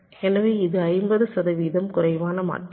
எனவே இது 50 சதவீதம் குறைவான மாற்றங்கள்